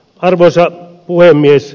arvoisa puhemies